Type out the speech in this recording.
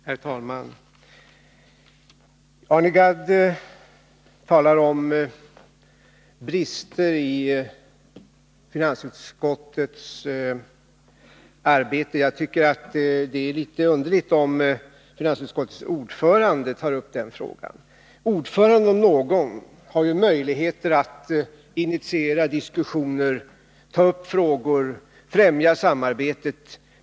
Herr talman! Arne Gadd talade om brister i finansutskottets arbete. Jag tycker att det är litet underligt att finansutskottets ordförande tar upp den frågan. Han om någon har ju möjligheter att vid utskottets bord initiera diskussioner, ta upp frågor och främja samarbetet.